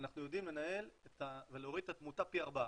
אנחנו יודעים לנהל ולהוריד את התמותה פי ארבעה,